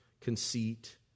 conceit